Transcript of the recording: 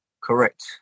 Correct